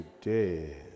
today